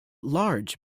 large